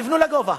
תבנו לגובה,